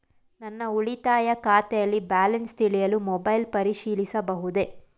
ನನ್ನ ಉಳಿತಾಯ ಖಾತೆಯಲ್ಲಿ ಬ್ಯಾಲೆನ್ಸ ತಿಳಿಯಲು ಮೊಬೈಲ್ ಪರಿಶೀಲಿಸಬಹುದೇ?